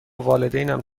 والدینم